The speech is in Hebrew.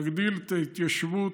להגדיל את ההתיישבות,